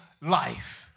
life